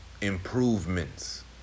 Improvements